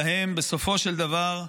אצלם בסופו של דבר,